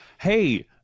Hey